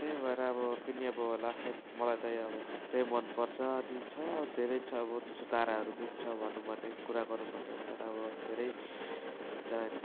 त्यही भएर अब पनि अब ल है त मलाई त्यही अब त्यही मनपर्छ नि छ धेरै छ अब त्यसो ताराहरू पनि छ भनौँ भने कुरा गरौँ भने तर अब धेरै हुन्छ होइन